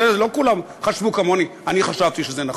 תראה, לא כולם חשבו כמוני, אני חשבתי שזה נכון.